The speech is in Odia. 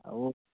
ଆଉ